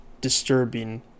disturbing